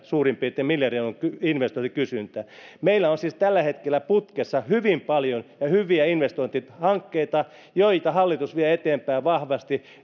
suurin piirtein miljardin euron investointikysyntä meillä on siis tällä hetkellä putkessa hyvin paljon ja hyviä investointihankkeita joita hallitus vie eteenpäin vahvasti